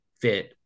fit